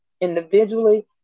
individually